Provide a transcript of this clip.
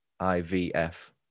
IVF